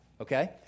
okay